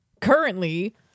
currently